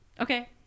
Okay